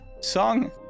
song